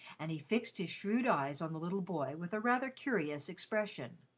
and he fixed his shrewd eyes on the little boy with a rather curious expression.